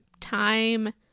time